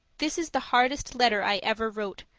this is the hardest letter i ever wrote,